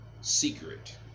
secret